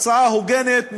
הוגנת,